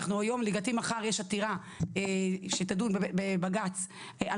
אנחנו היום או לדעתי מחר יש עתירה בבג"ץ שתדון על